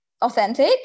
authentic